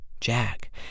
Jack